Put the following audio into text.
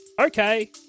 Okay